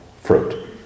fruit